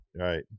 Right